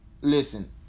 listen